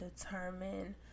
determine